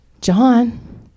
John